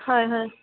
হয় হয়